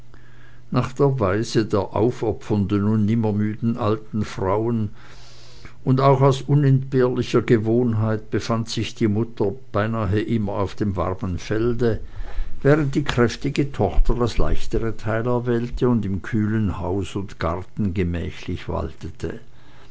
nach der weise der aufopfernden und nimmermüden alten frauen und auch aus unentbehrlicher gewohnheit befand sich ihre mutter beinahe immer auf dem warmen felde während die kräftige tochter das leichtere teil erwählte und im kühlen haus und garten gemächlich waltete